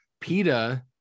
Peta